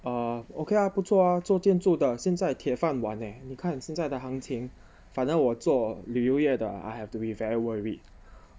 uh okay ah 不错啊做建筑的现在铁饭碗 leh 你看现在的行情反而我做旅游业的 I have to be very worried